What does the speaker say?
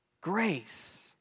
Grace